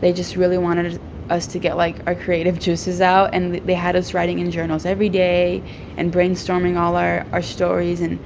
they just really wanted us to get, like, our creative juices out. and they had us writing in journals every day and brainstorming all our our stories and